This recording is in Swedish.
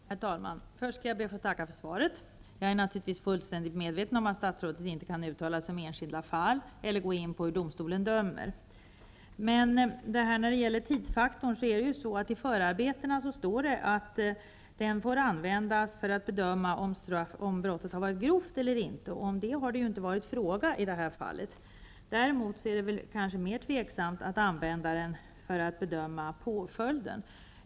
Herr talman! Först skall jag be att få tacka för svaret. Jag är naturligtvis fullständigt medveten om att statsrådet inte kan uttala sig om enskilda fall eller gå in på hur domstolen dömer. När det gäller tidsfaktorn står det i förarbetena att den får användas för att bedöma om brottet har varit grovt eller inte, och om det har det inte varit fråga i detta fall. Däremot är det mer tveksamt att använda den för att bedöma påföljden.